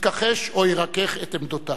יתכחש לעמדותיו או ירכך אותן.